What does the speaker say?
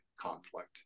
Conflict